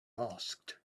asked